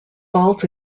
faults